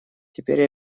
теперь